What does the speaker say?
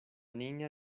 niña